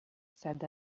said